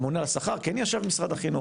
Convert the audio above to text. הממונה על השכר כן ישב עם משרד החינוך,